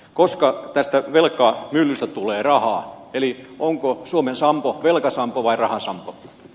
koska tästä velkamyllystä tulee rahaa eli onko suomen sampo velkasampo vai rahasampo